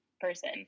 person